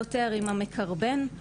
זאת אומרת המניעה שלנו היא בעייתית,